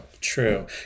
true